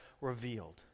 revealed